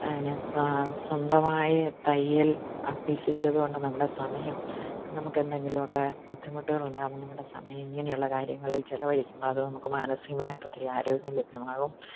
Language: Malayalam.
അങ്ങനെ സ സ്വന്തമായി തയ്യല് അഭ്യസിച്ചത് കൊണ്ട് നമ്മുടെ സമയം നമുക്ക് എന്തെങ്കിലുമൊക്കെ ബുദ്ധിമുട്ടുകൾ ഉണ്ടാവുമ്പം നമ്മുടെ സമയം ഇങ്ങനെയുള്ള കാര്യങ്ങളില് ചിലവഴിക്കുമ്പം അത് നമുക്ക് മാനസികമായിട്ട് ഒത്തിരി ആരോഗ്യം ലഭ്യമാകും